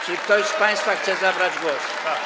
Czy ktoś z państwa chce zabrać głos?